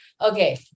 Okay